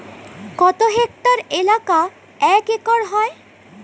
কত হেক্টর এলাকা এক একর হয়?